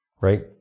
right